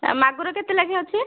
ଏ ମାଗୁର କେତେ ଲେଖାଁ ଅଛି